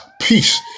Peace